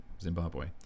Zimbabwe